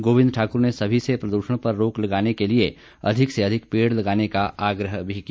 गोविंद ठाक्र ने सभी से प्रद्षण पर रोक लगाने के लिए अधिक से अधिक पेड़ लगाने का आग्रह भी किया